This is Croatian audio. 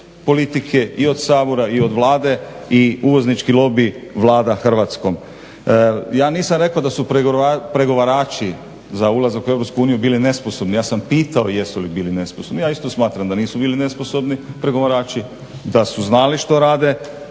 politike i od Sabora i od Vlade i uvoznički lobij vlada Hrvatskom. Ja nisam rekao da su pregovarači za ulazak u EU bili nesposobni, ja sam pitao jesu li bili nesposobni. Ja isto smatram da nisu bili nesposobni pregovarači, da su znali što rade.